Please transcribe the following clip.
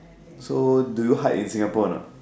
so do you hike in Singapore or not